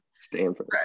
Stanford